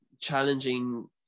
challenging